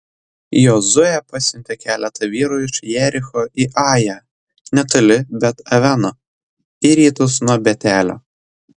jozuė pasiuntė keletą vyrų iš jericho į ają netoli bet aveno į rytus nuo betelio